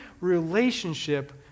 relationship